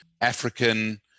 African